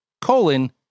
colon